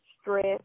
stress